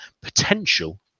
potential